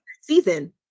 season